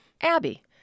Abby